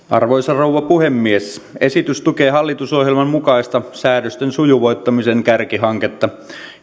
arvoisa rouva puhemies esitys tukee hallitusohjelman mukaista säädösten sujuvoittamisen kärkihanketta